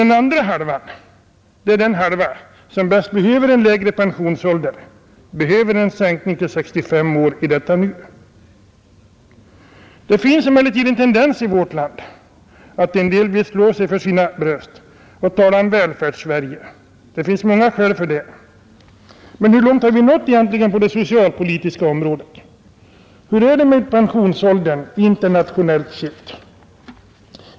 Den andra hälften är just den som bäst . behöver en lägre pensionsålder, behöver en sänkning till 65 års ålder. Det finns emellertid en tendens i vårt land att somliga vill slå sig för sitt bröst och tala om Välfärdssverige, och det finns många skäl för det. Men hur långt har vi egentligen nått på det socialpolitiska området? Hur är det med pensionsåldern internationellt sett?